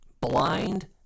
Blind